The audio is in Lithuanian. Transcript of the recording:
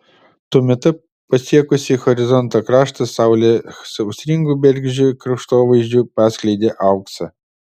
tuo metu pasiekusi horizonto kraštą saulė sausringu bergždžiu kraštovaizdžiu paskleidė auksą